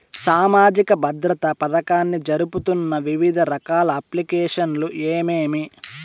సామాజిక భద్రత పథకాన్ని జరుపుతున్న వివిధ రకాల అప్లికేషన్లు ఏమేమి?